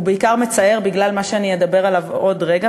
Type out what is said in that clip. ובעיקר מצער בגלל מה שאני אדבר עליו עוד רגע,